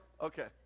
Okay